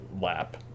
lap